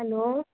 hello